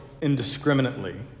indiscriminately